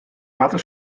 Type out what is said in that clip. koarte